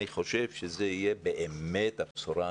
אני חושב שזאת באמת תהיה הבשורה האמיתית.